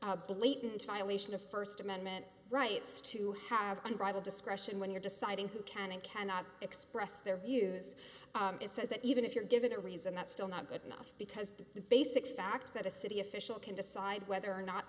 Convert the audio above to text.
a blatant violation of st amendment rights to have unbridled discretion when you're deciding who can and cannot express their views it says that even if you're given a reason that's still not good enough because the basic fact that a city official can decide whether or not